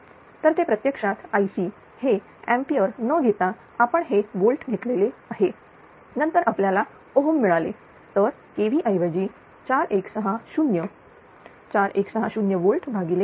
तर ते प्रत्यक्षात IC हे एंपियर न घेता आपण हे वोल्ट घेतलेले आहे नंतर आपल्याला ओहोम मिळालेतर kV ऐवजी 41604160 वोल्ट भागिले13